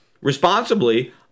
responsibly